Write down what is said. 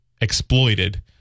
exploited